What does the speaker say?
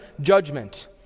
judgment